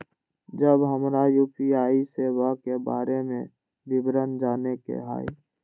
जब हमरा यू.पी.आई सेवा के बारे में विवरण जाने के हाय?